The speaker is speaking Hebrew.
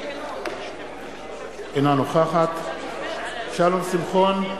אינה נוכחת שלום שמחון,